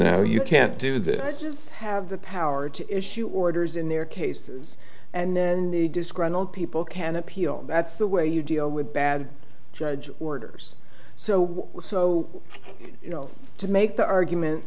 know you can't do this is have the power to issue orders in their cases and then the disgruntled people can appeal that's the way you deal with bad judge orders so so you know to make the argument